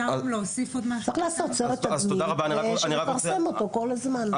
צריך לעשות סרט תדמית ולפרסם אותו כל הזמן.